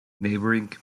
neighboring